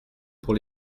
pour